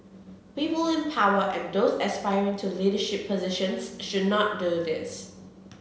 people in power and those aspiring to leadership positions should not do this